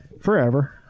forever